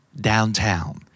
downtown